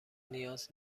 نیاز